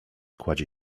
kładzie